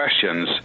questions